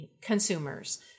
consumers